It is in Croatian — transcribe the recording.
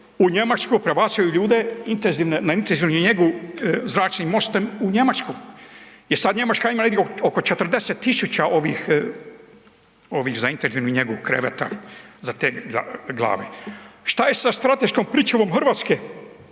u Njemačku prebacuju ljude na intenzivnu njegu zračnim mostom u Njemačku jer sad Njemačka ima negdje oko 40.000 ovih za intenzivnu njegu kreveta za te glave. Šta je sa strateškom pričuvom Hrvatske?